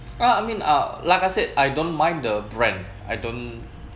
ah I mean ah like I said I don't mind the brand I don't